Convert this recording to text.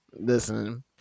Listen